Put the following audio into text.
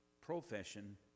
profession